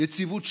יציבות שלטונית,